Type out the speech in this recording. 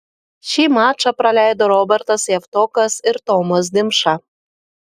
šį mačą praleido robertas javtokas ir tomas dimša